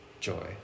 Joy